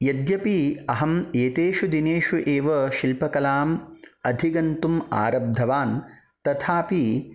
यद्यपि अहम् एतेषु दिनेषु एव शिल्पकलाम् अधिगन्तुम् आरब्धवान् तथापि